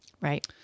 Right